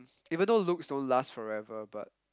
even though looks don't last forever but